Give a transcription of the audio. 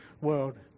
world